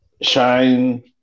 Shine